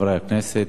חברי חברי הכנסת,